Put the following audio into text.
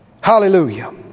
Hallelujah